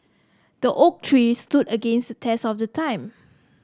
the oak tree stood against the test of the time